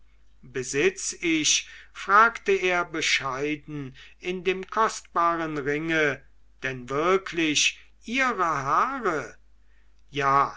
besitz ich fragte er bescheiden in dem kostbaren ringe denn wirklich ihre haare ja